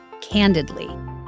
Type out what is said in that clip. Candidly